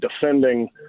defending